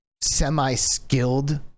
semi-skilled